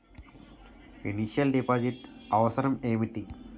Initial deposit అవసరం ఏమిటి?